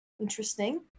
Interesting